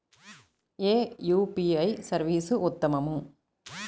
ఏ UPI service ఉత్తమము?